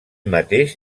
mateix